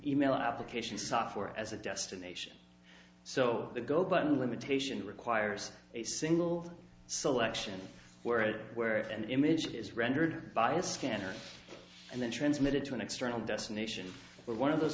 email application software as a destination so the go button limitation requires a single selection where it where an image is rendered by a scanner and then transmitted to an external destination where one of those